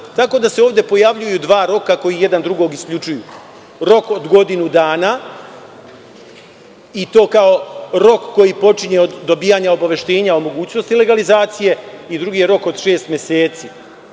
tako da se ovde pojavljuju dva roka koji jedan drugog isključuju - rok od godinu dana, i to kao rok koji počinje od dobijanja obaveštenja o mogućnosti legalizacije i drugi je rok od šest meseci.